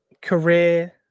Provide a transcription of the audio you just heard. career